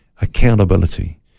accountability